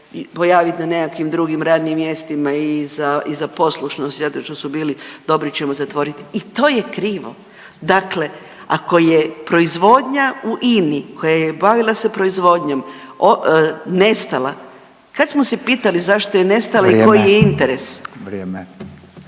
pojavit na nekim drugim radnim mjestima i za poslušnost zato što su bili dobri ćemo zatvorit. I to je krivo. Dakle, ako je proizvodnja u INI koja je bavila se proizvodnjom nestala, kad smo se pitali zašto je nestala …/Upadica: Vrijeme./…